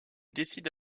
décide